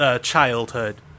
Childhood